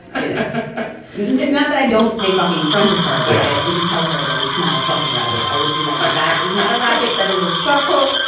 you know it's not that i don't say fuck in front of her, but i wouldn't tell her that it's not a fucking rabbit. i would be like, that is not a rabbit. that is a circle.